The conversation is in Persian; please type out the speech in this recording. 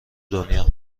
دنیا